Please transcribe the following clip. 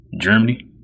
germany